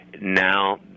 Now